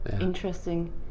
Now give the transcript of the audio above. Interesting